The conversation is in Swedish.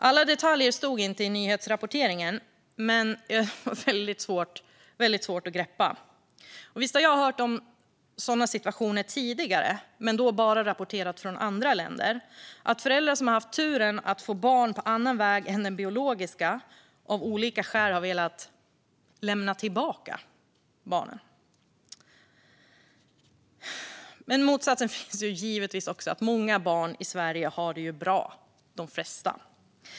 Alla detaljer fanns inte med i nyhetsrapporteringen, men det var svårt att greppa. Visst har jag hört om sådana situationer tidigare - att föräldrar som haft turen att få barn på annan väg än den biologiska av olika skäl velat lämna tillbaka barnen - men då har det rapporterats från andra länder. Men motsatsen finns givetvis också. Många barn i Sverige, de flesta, har det bra.